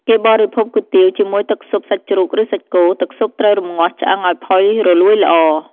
គេបរិភោគគុយទាវជាមួយទឹកស៊ុបសាច់ជ្រូក ឬសាច់គោ ទឹកស៊ុបត្រូវរម្ងាស់ឆ្អឹងឲ្យផុយរលួយល្អ។